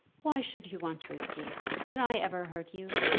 why should you want to escape? did i ever hurt you?